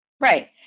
Right